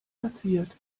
platziert